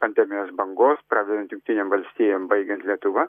pandemijos bangos pradedant jungtinėm valstijom baigiant lietuva